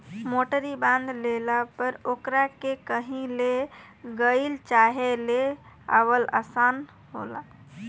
मोटरी बांध लेला पर ओकरा के कही ले गईल चाहे ले आवल आसान होला